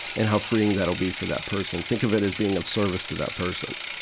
and how freeing that'll be for that person think of it as being of service to that person,